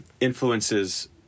influences